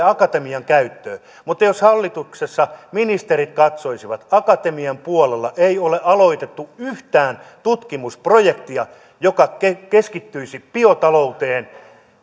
akatemian käyttöön mutta jos hallituksessa ministerit katsoisivat akatemian puolella ei ole aloitettu yhtään tutkimusprojektia joka keskittyisi biotalouteen